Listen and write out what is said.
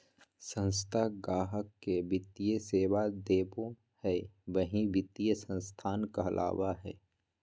संस्था गाहक़ के वित्तीय सेवा देबो हय वही वित्तीय संस्थान कहलावय हय